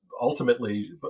ultimately